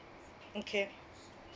okay